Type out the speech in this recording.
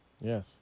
Yes